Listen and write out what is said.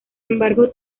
embargo